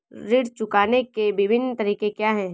ऋण चुकाने के विभिन्न तरीके क्या हैं?